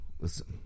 Listen